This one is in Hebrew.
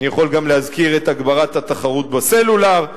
אני יכול גם להזכיר את הגברת התחרות בסלולר,